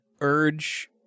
urge